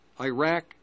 Iraq